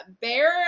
Bear